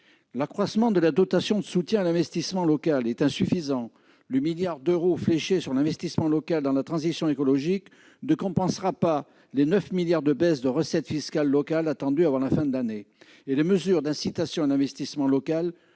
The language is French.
L'accroissement de la dotation de soutien à l'investissement local est insuffisant : le milliard d'euros fléchés sur l'investissement local dans la transition écologique ne compensera pas les 9 milliards d'euros de baisse de recettes fiscales locales, attendues avant la fin de l'année. En outre, les mesures d'incitation à l'investissement local